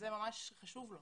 זה ממש חשוב לו.